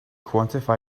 quantify